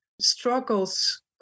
struggles